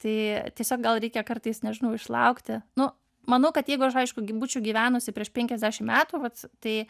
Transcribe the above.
tai tiesiog gal reikia kartais nežinau išlaukti nu manau kad jeigu aš aišku gy būčiau gyvenusi prieš penkiasdešimt metų vat tai